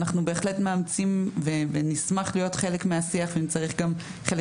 אנחנו בהחלט מאמצים ונשמח להיות חלק מהשיח ואם צריך גם חלק